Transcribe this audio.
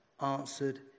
answered